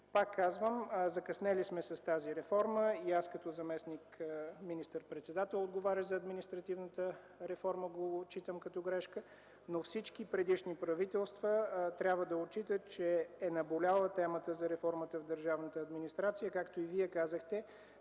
Пак казвам, закъснели сме с тази реформа. Аз, като заместник министър-председател, отговарящ за административната реформа, го отчитам като грешка. Всички предишни правителства обаче трябва да отчитат, че темата за реформата в държавната администрация е наболяла. Както